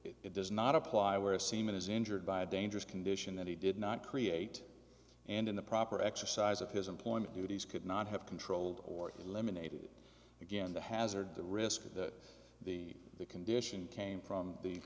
it does not apply where a seaman is injured by a dangerous condition that he did not create and in the proper exercise of his employment duties could not have controlled or eliminated again the hazard the risk that the condition came from the